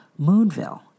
moonville